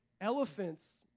elephants